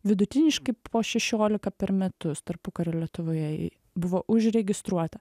vidutiniškai po šešiolika per metus tarpukario lietuvoje buvo užregistruota